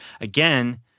Again